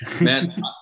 Man